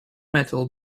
metal